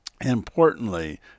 Importantly